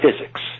physics